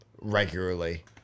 regularly